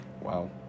wow